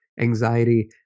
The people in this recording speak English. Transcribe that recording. anxiety